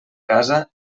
casa